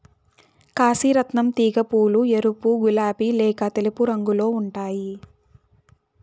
కాశీ రత్నం తీగ పూలు ఎరుపు, గులాబి లేక తెలుపు రంగులో ఉంటాయి